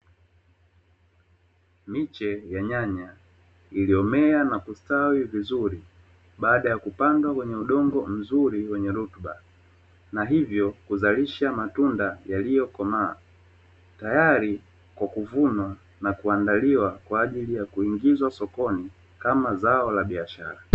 Miche ya nyanya iliyomea na kustawi vizuri baada ya kupanda kwenye udongo mzuri wenye rutuba na hivyo kuzalisha matunda yaliyokomaa, tayari kwa kuvunwa na kuandaliwa kwa ajili ya kuingizwa sokoni kama zao la biashara.